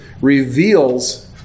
Reveals